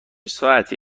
ساعتی